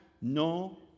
No